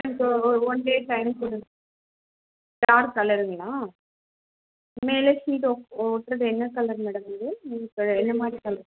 ma'am இப்போது ஓ ஓ ஒன் டே டைம் கொடுங்க டார்க் கலருங்களா மேலே சீட் ஒ ஒட்டுறது என்ன கலர் மேடம் இது நீங்கள் இப்போ என்ன மாதிரி கலர்